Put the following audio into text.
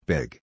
Big